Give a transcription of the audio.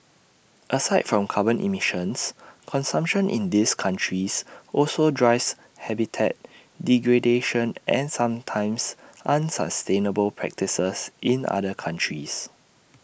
aside from carbon emissions consumption in these countries also drives habitat degradation and sometimes unsustainable practices in other countries